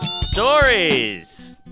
Stories